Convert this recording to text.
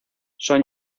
son